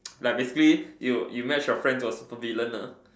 like basically you you match your friend to a super villain